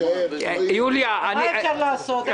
מה אפשר לעשות?